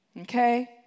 Okay